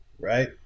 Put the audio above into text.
right